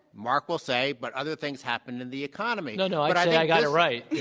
mark will say, but other things happened in the economy. no, no, but i think i got it right. yeah